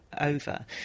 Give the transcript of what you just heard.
over